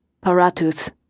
Paratus